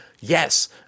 yes